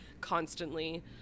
constantly